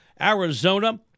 Arizona